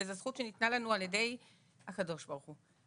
וזאת זכות שניתנה לנו על ידי הקדוש ברוך הוא.